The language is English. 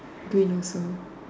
green also